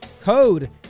Code